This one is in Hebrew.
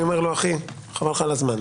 אני אומר לו חבל לך על הזמן,